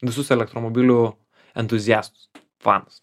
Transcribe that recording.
visus elektromobilių entuziastus fanus